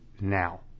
now